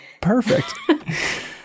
Perfect